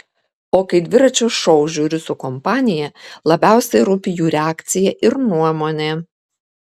o kai dviračio šou žiūriu su kompanija labiausiai rūpi jų reakcija ir nuomonė